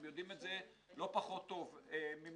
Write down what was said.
שאתם מכירים אותם לא פחות טוב ממני.